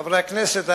חברי הכנסת,